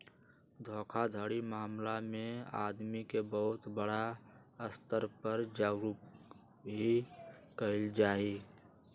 धोखाधड़ी मामला में आदमी के बहुत बड़ा स्तर पर जागरूक भी कइल जाहई